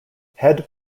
head